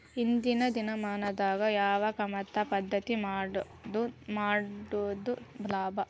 ಇಂದಿನ ದಿನಮಾನದಾಗ ಯಾವ ಕಮತದ ಪದ್ಧತಿ ಮಾಡುದ ಲಾಭ?